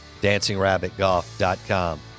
DancingRabbitGolf.com